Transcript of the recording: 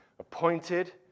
Appointed